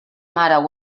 mare